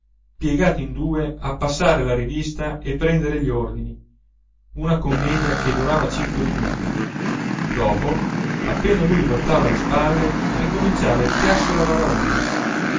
piegato in due a passare la rivista e prendere gli ordini una commedia che durava cinque minuti dopo appena lui voltava le spalle ricominciava il chiasso e la baraonda